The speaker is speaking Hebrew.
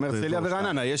גם הרצליה ורעננה,